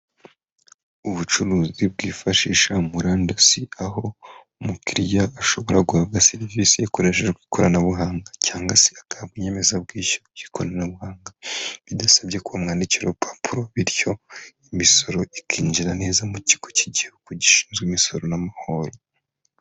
Ubucuruzi bwifashisha murandasi aho umukiriya ashobora guhabwa serivisi hakoreshejwe ikoranabuhanga cyangwa se aka inyemezabwishyu' ikoranabuhanga bidasabye kumwandikira urupapuro bityo imisoro ikinjira neza mu kigo cy'igihugu gishinzwe imisoro n'amahoro.